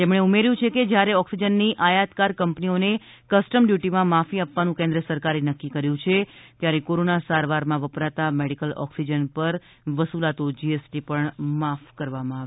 તેમણે ઉમેર્યું છે કે જ્યારે ઓક્સિજનની આયાતકાર કંપનીઓને કસ્ટમ ડયુટીમાં માફી આપવાનું કેન્દ્ર સરકારે નક્કી કર્યું છે ત્યારે કોરોના સારવારમાં વપરાતા મેડિકલ ઑક્સીજન પર વસૂલાતો જીએસટી માફ કરવામાં આવે